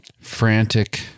Frantic